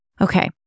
Okay